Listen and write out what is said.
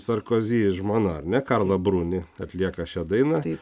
sarkozy žmona ar ne karla bruni atlieka šią dainą ir